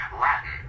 Latin